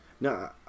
no